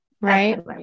Right